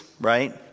right